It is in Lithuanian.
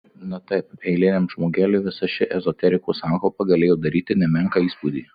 na taip eiliniam žmogeliui visa ši ezoterikos sankaupa galėjo daryti nemenką įspūdį